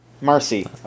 Marcy